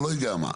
או לא יודע מה.